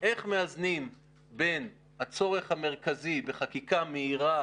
איך מאזנים בין הצורך המרכזי בחקיקה מהירה